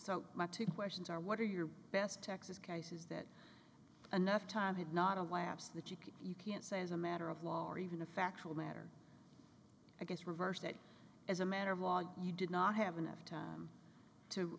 so my two questions are what are your best texas case is that enough time had not a lapse that you could you can't say as a matter of law or even a factual matter i guess reversed that as a matter of law you did not have enough time to